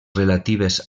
relatives